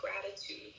gratitude